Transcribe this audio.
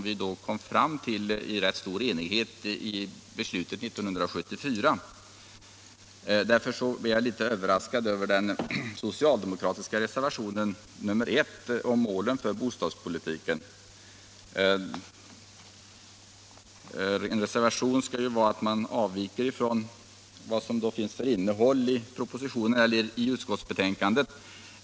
Vi kom fram till dem i rätt stor enighet 1974. Därför blev jag litet överraskad över den socialdemokratiska reservationen I om målen för bostadspolitiken. En reservation innebär ju att man ogillar innehållet i betänkandet.